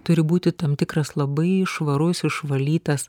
turi būti tam tikras labai švarus išvalytas